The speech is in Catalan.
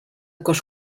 cos